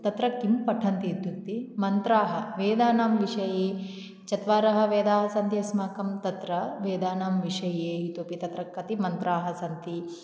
तत्र किं पठन्ति इत्युक्ते मन्त्राः वेदानां विषये चत्वारः वेदाः सन्ति अस्माकं तत्र वेदानां विषये इतोऽपि तत्र कति मन्त्राः सन्ति